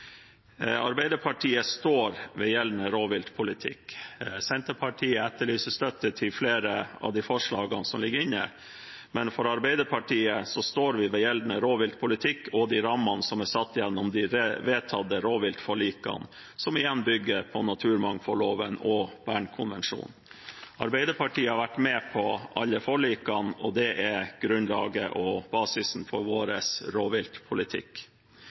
flere av de forslagene som ligger inne, men Arbeiderpartiet står ved gjeldende rovviltpolitikk og de rammene som er satt gjennom de vedtatte rovviltforlikene, som igjen bygger på naturmangfoldloven og Bernkonvensjonen. Arbeiderpartiet har vært med på alle forlikene, og det er grunnlaget og basisen for vår rovviltpolitikk.